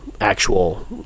actual